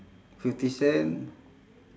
fifty cent